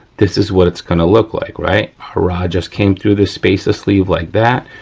this is what it's gonna look like, right. our rod just came through the spacer sleeve like that.